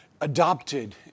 adopted